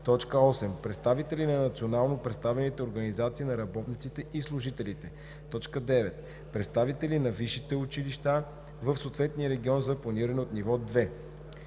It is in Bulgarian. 2; 8. представители на национално представените организации на работниците и служителите; 9. представители на висшите училища в съответния регион за планиране от ниво 2;